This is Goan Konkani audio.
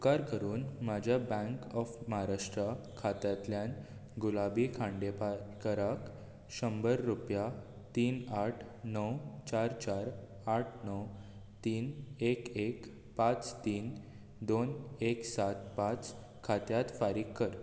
उपकार करून म्हज्या बँक ऑफ महाराष्ट्र खात्यांतल्यान गुलाबी खांडेपारकाराक शंबर रुपया तीन आठ णव चार चार आठ णव तीन एक एक पांच तीन दोन एक सात पांच खात्यांत फारीक कर